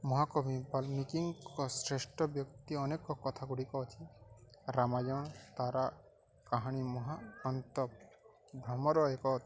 ମହାକବି ବାଲ୍ମୀକି ଙ୍କ ଶ୍ରେଷ୍ଠ ବ୍ୟକ୍ତି ଅନେକ କଥା ଗୁଡ଼ିକ ଅଛି ରାମାୟଣ ତାରା କାହାଣୀ ମହାକାନ୍ତ ଭ୍ରମର ଏକ ଅ